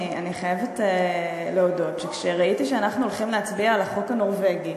אני חייבת להודות שכשראיתי שאנחנו הולכים להצביע על החוק הנורבגי,